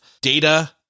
data-